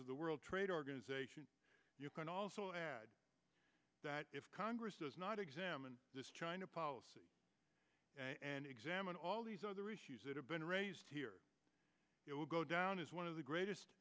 of the world trade organization you can also add that if congress does not examine this china policy and examine all these other issues that have been raised here it will go down as one of the greatest